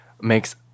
makes